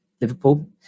Liverpool